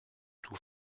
tout